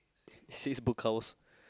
it says Book House